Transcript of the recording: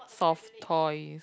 soft toys